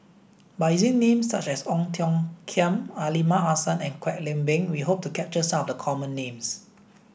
by using names such as Ong Tiong Khiam Aliman Hassan and Kwek Leng Beng we hope to capture some of the common names